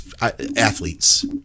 athletes